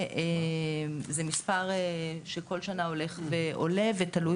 זה מספר שכל שנה הולך ועולה ותלוי